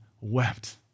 wept